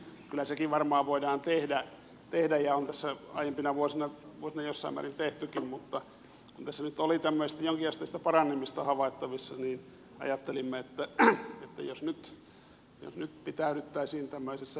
kyllä sekin varmaan voidaan tehdä ja on tässä aiempina vuosina jossain määrin tehtykin mutta kun tässä nyt oli tämmöistä jonkinasteista paranemista havaittavissa niin ajattelimme että jos nyt pitäydyttäisiin tämmöisessä helläluontoisessa ilmauksessa